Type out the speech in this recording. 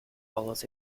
follows